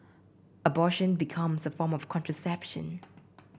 abortion becomes a form of contraception